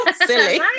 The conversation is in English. silly